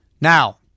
Now